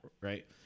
right